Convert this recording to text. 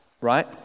right